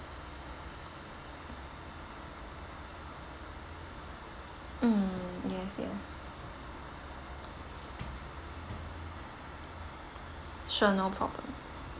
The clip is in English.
mm yes yes sure no problem